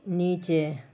نیچے